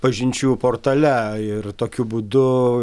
pažinčių portale ir tokiu būdu